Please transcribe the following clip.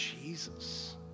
Jesus